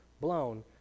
blown